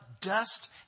dust